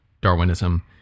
Darwinism